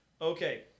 Okay